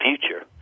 future